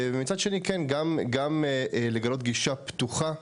ומצד שני, כן, גם לגלות גישה פתוחה.